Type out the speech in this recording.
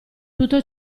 tutto